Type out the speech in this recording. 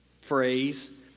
phrase